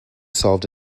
solved